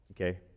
Okay